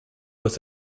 was